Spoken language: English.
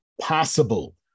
possible